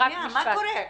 מה קורה?